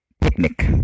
picnic